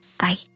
Bye